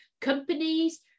Companies